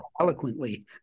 eloquently